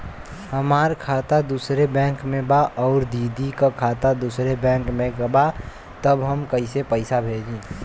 हमार खाता दूसरे बैंक में बा अउर दीदी का खाता दूसरे बैंक में बा तब हम कैसे पैसा भेजी?